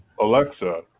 Alexa